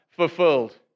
fulfilled